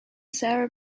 sarah